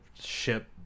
ship